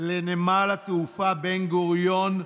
לנמל התעופה בן-גוריון),